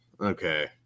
Okay